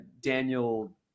Daniel